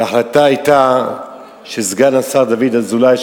וההחלטה היתה שסגן השר דוד אזולאי,